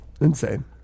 Insane